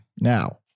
Now